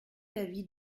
l’avis